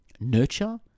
nurture